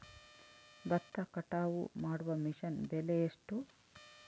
ಭತ್ತ ಕಟಾವು ಮಾಡುವ ಮಿಷನ್ ಬೆಲೆ ಎಷ್ಟು?